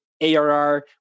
ARR